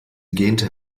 gähnte